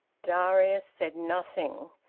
darius said nothing.